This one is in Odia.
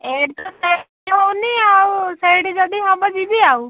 ଏଇ ସେଲ୍ ହଉନି ଆଉ ସେଇଠି ଯଦି ହବ ଯିବି ଆଉ